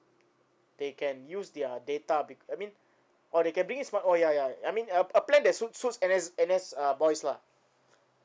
they can use their data be~ I mean oh they can bring in smart~ oh ya ya I I mean a a plan that suits suits N_S N_S uh boys lah